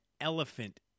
elephant